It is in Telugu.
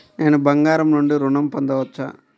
నేను బంగారం నుండి ఋణం పొందవచ్చా?